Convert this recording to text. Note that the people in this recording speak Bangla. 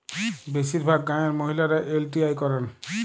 বেশিরভাগ গাঁয়ের মহিলারা এল.টি.আই করেন